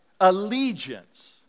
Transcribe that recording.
allegiance